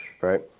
right